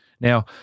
Now